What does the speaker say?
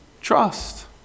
trust